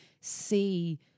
see